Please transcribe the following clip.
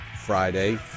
Friday